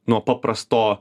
nuo paprasto